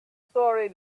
story